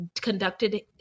conducted